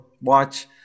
watch